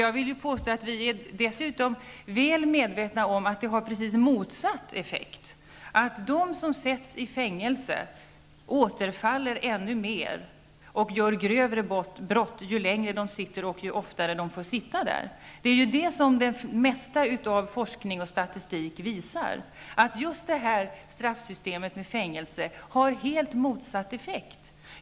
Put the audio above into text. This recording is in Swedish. Jag vill påstå att vi dessutom är väl medvetna om att det har precis motsatt effekt, att de som sätts i fängelse återfaller ännu mer och begår grövre brott ju längre de sitter i fängelse och ju oftare de får sitta där. Det är ju detta som det mesta av forskning och statistik visar, att just straffsystemet med fängelse har helt motsatt effekt.